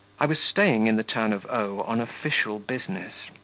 i was staying in the town of o on official business.